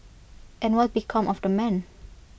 and what became of the man